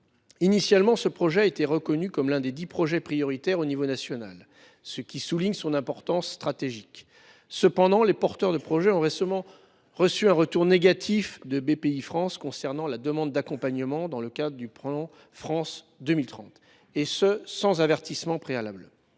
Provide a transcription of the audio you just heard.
Initialement, le projet Niagara a été reconnu comme l’un des dix projets prioritaires au niveau national, ce qui souligne son importance stratégique. Cependant, les porteurs de ce projet ont récemment reçu un retour négatif de Bpifrance à leur demande d’accompagnement dans le cadre du plan France 2030, et ce sans information préalable.